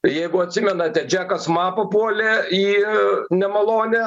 jeigu atsimenate džekas ma papuolė į nemalonę